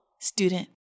student